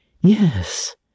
Yes